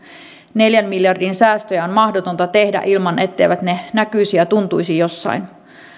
neljän miljardin säästöjä on mahdotonta tehdä ilman etteivät ne näkyisi ja tuntuisi jossain